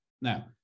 Now